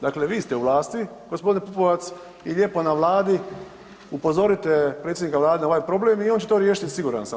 Dakle, vi ste u vlasti g. Pupovac i lijepo na vladi upozorite predsjednika vlade na ovaj problem i on će to riješiti siguran sam.